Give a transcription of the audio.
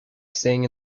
staying